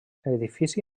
edifici